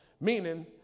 meaning